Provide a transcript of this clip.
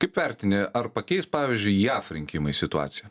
kaip vertini ar pakeis pavyzdžiui jav rinkimai situaciją